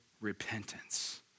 repentance